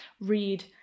read